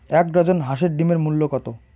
এক ডজন হাঁসের ডিমের মূল্য কত?